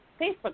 Facebook